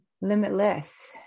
limitless